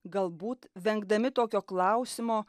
galbūt vengdami tokio klausimo